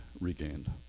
regained